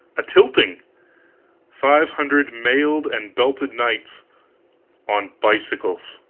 a-tilting five hundred mailed and belted knights on bicycles!